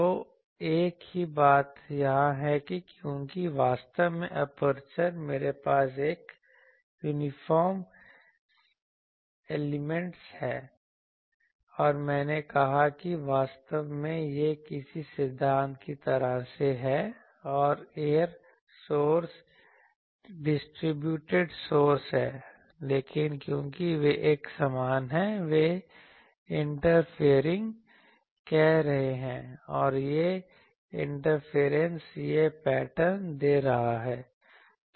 तो एक ही बात यहाँ है क्योंकि वास्तव में एपर्चर मेरे पास एक यूनिफॉर्म इल्यूमिनेशन है और मैंने कहा कि वास्तव में यह किसी सिद्धांत की तरह है जैसे ऐरर सोर्स डिस्ट्रीब्यूटिड सोर्स है लेकिन क्योंकि वे एक समान हैं वे इंटरफेयरिंग कर रहे हैं और यह इंटरफेरेंस यह पैटर्न दे रहा है